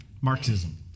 Marxism